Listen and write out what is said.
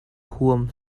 huam